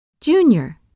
Junior